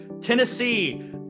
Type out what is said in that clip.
Tennessee